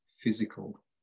physical